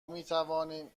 میتوانیم